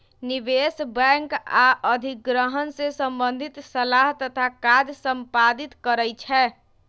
निवेश बैंक आऽ अधिग्रहण से संबंधित सलाह तथा काज संपादित करइ छै